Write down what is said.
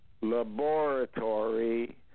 Laboratory